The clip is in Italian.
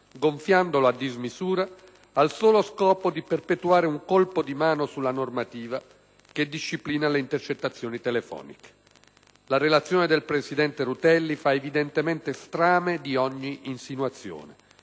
gonfiandolo a dismisura, al solo scopo di perpetrare un colpo di mano sulla normativa che disciplina le intercettazioni telefoniche. La relazione del presidente Rutelli fa evidentemente strame di ogni insinuazione,